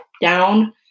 down